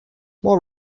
more